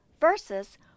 versus